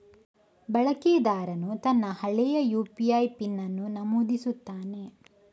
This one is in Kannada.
ಬಳಕೆದಾರನು ತನ್ನ ಹಳೆಯ ಯು.ಪಿ.ಐ ಪಿನ್ ಅನ್ನು ನಮೂದಿಸುತ್ತಾನೆ